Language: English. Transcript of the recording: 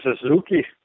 Suzuki